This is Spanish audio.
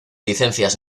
licencias